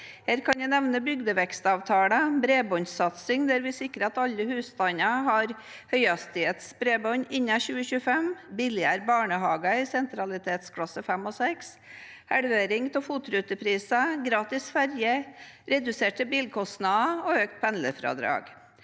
Her kan jeg nevne – bygdevekstavtaler – bredbåndsatsing, der vi sikrer at alle husstander har høyhastighetsbredbånd innen 2025 – billigere barnehager i sentralitetsklasse 5 og 6 – halvering av FOT-rutepriser – gratis ferje – reduserte bilkostnader – økt pendlerfradrag